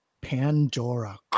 Pandora